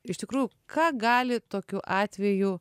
iš tikrųjų ką gali tokiu atveju